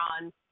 on